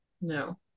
No